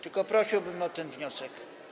Tylko prosiłbym o ten wniosek.